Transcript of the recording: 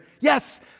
Yes